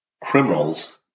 criminals